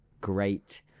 great